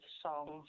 songs